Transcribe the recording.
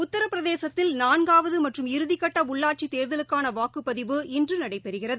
உத்தரப்பிரதேசத்தில் நான்காவதுமற்றும் இறுதிக்கட்டஉள்ளாட்சித் தேர்தலுக்கானவாக்குப்பதிவு இன்றுநடைபெறுகிறது